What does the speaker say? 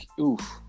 Oof